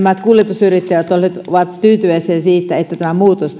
kuljetusyrittäjät olivat tyytyväisiä siitä että tämä muutos